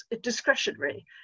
discretionary